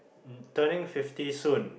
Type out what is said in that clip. turning fifty soon